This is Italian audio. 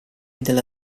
della